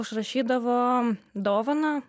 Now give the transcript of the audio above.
užrašydavo dovaną